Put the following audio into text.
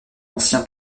ancien